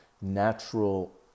natural